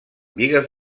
bigues